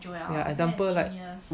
ya example like